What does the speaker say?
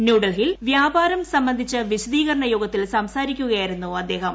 ന്യൂഡൽഹിയിൽ വ്യാപാരക് സ്ക്ബന്ധിച്ച വിശദീകരണ യോഗത്തിൽ സംസാരിക്കുകയായിരുന്നു ആദ്ദേഹം